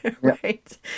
right